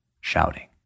shouting